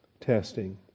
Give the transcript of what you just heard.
testing